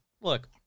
Look